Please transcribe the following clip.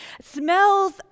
Smells